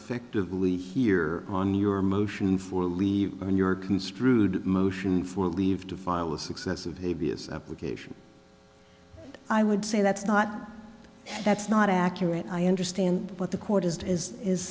effectively here on your motion for leave your construed motion for leave to file a successive a b s application i would say that's not that's not accurate i understand what the court is as is